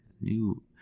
new